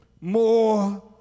more